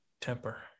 temper